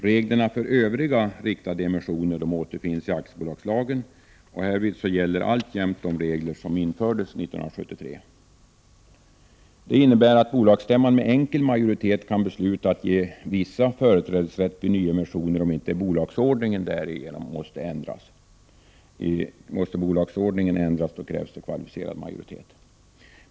Reglerna för övriga riktade emissioner återfinns i aktiebolagslagen, och härvid gäller alltjämt de regler som infördes 1973. Det innebär att bolagsstämman med enkel majoritet kan besluta att ge vissa företrädesrätt vid nyemissioner, om inte bolagsordningen därigenom måste ändras. Måste bolagsordningen ändras, krävs det kvalificerad majoritet.